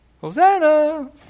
Hosanna